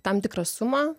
tam tikrą sumą